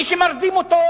מי שמרדים אותו,